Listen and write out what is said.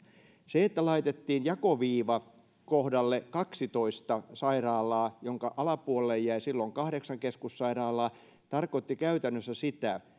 se että laitettiin jakoviiva kohdalle kaksitoista sairaalaa jonka alapuolelle jäi silloin kahdeksan keskussairaalaa tarkoitti käytännössä sitä